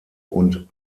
und